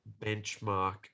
benchmark